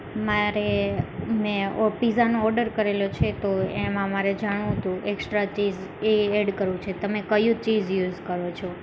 મારે મેં ઓ પીઝાનો ઓર્ડર કરેલો છે તો એમાં મારે જાણવું હતું એક્સટ્રા ચિઝ એ એડ કરવું છે તમે કયું ચીઝ યુઝ કરો છો